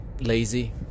lazy